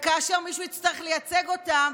כשמישהו יצטרך לייצג אותם,